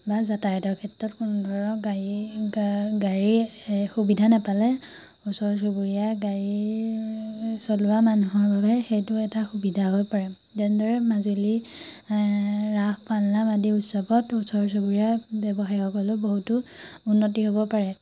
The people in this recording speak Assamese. বা যাতায়তৰ ক্ষেত্ৰত কোনো ধৰক গাড়ী গাড়ী এ সুবিধা নাপালে ওচৰ চুবুৰীয়া গাড়ীৰ চলোৱা মানুহৰ বাবে সেইটো এটা সুবিধা হৈ পৰে তেনেদৰে মাজুলী ৰাস পালনাম আদি উৎসৱত ওচৰ চুবুৰীয়া ব্যৱসায়ীসকলৰো বহুতো উন্নতি হ'ব পাৰে